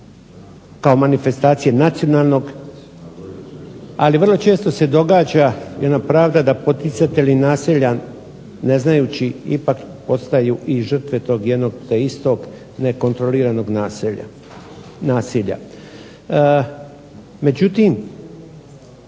kao manifestacija nacionalnog, ali vrlo često se događa jedna pravda da poticatelji nasilja ne znajući ipak postaju i žrtve tog jednog te istog nekontroliranog nasilja. Međutim,